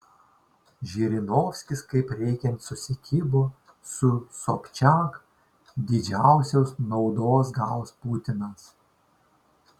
žirinovskis kaip reikiant susikibo su sobčiak didžiausios naudos gaus putinas